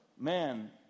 Man